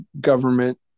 government